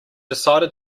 decided